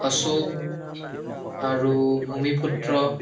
অশোক আৰু ভূমিপুত্ৰ